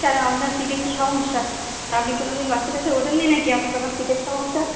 কেন আপনার সিটে কি সমস্যা আপনি কোনোদিন বাসে টাসে ওঠেন নি নাকি আপনার আবার সিটের সমস্যা